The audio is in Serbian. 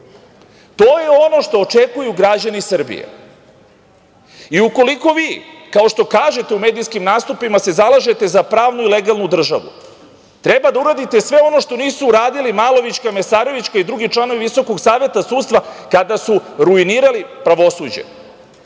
To je ono što očekuju građani Srbije. Ukoliko se vi, kao što kažete u medijskim nastupima, zalažete za pravnu i legalnu državu treba da uradite sve ono što nisu uradili Malovićka, Mesarovićka i drugi članovi VSS kada su ruinirali pravosuđe.